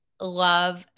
love